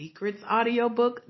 SecretsAudioBook